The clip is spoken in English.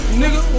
nigga